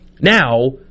Now